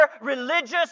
religious